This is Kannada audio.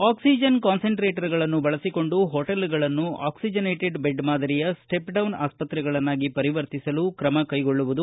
ಆಕ್ಲಿಜನ್ ಕಾನಸೆಂಟ್ರೇಟರಗಳನ್ನು ಬಳಸಿಕೊಂಡು ಹೋಟೆಲ್ಗಳನ್ನು ಆಕ್ಲಿಜನೇಟೆಡ್ ಬೆಡ್ ಮಾದರಿಯ ಸ್ಸೆಪ್ಡೌನ್ ಆಸ್ತ್ರೆಗಳನ್ನಾಗಿ ಪರಿವರ್ತಿಸಲು ತ್ರಮ ಕೈಗೊಳ್ಳುವುದು